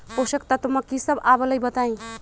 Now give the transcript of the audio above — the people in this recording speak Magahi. पोषक तत्व म की सब आबलई बताई?